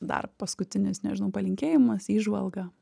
dar paskutinis nežinau palinkėjimas įžvalga